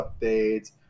updates